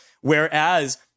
Whereas